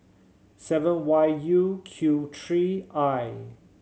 seven Y U Q three I